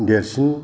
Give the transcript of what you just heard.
देरसिन